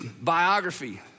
biography